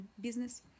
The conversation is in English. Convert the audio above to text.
business